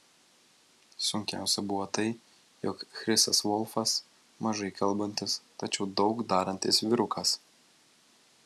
sunkiausia buvo tai jog chrisas volfas mažai kalbantis tačiau daug darantis vyrukas